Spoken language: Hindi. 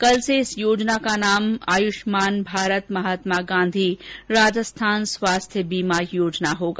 कल से इस योजना का नाम आयुष्मान भारत महात्मा गांधी राजस्थान स्वास्थ्य बीमा योजना होगा